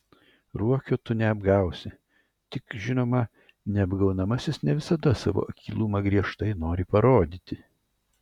ruokio tu neapgausi tik žinoma neapgaunamasis ne visada savo akylumą griežtai nori parodyti